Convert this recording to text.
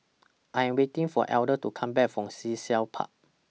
I Am waiting For Elder to Come Back from Sea Shell Park